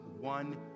one